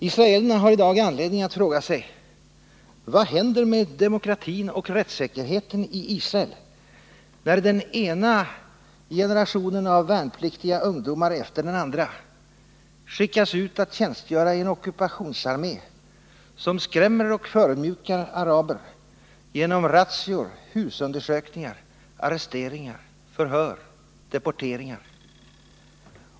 Israelerna har i dag anledning att fråga sig: Vad händer med demokratin och rättssäkerheten i Israel, när den ena generationen av värnpliktiga ungdomar efter den andra skickas ut att tjänstgöra i en ockupationsarmé som skrämmer och förödmjukar araber genom razzior, husundersökningar, arresteringar, förhör och deporteringar?